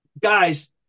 guys